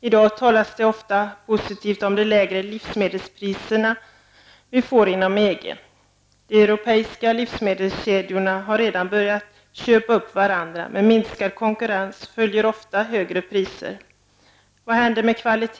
I dag talas det ofta positivt om de lägre livsmedelspriser som vi får inom EG. Europeiska livsmedelskedjor har redan börjat köpa upp varandra. Men med minskad konkurrens följer ofta lägre priser. Och vad händer med kvaliteten?